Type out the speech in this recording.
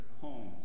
homes